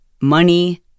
money